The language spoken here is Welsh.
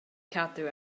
cadw